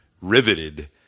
riveted